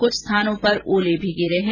कुछ स्थानों पर ओले भी गिरे है